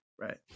right